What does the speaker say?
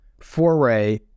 foray